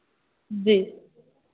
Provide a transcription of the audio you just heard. जी